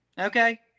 Okay